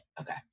Okay